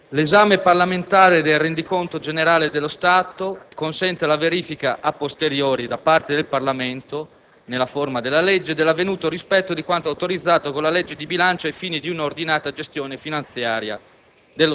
l'esame parlamentare del rendiconto generale dello Stato consente la verifica, *a**posteriori*, da parte del Parlamento, nella forma della legge, dell'avvenuto rispetto di quanto autorizzato con la legge di bilancio ai fini di un'ordinata gestione finanziaria